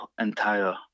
entire